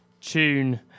tune